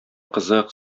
кызык